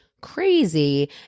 crazy